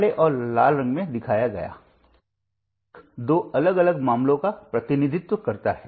काले और लाल रंग में दिखाया गया प्रतीक दो अलग अलग मामलों का प्रतिनिधित्व करता है